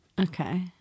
Okay